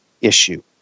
issue